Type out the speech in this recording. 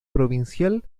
provincial